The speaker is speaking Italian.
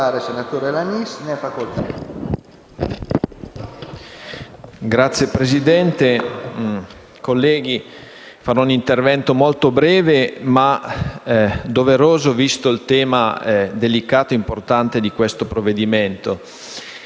Signor Presidente, colleghi, farò un intervento molto breve ma doveroso, visto il tema delicato e importante di questo provvedimento.